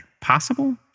possible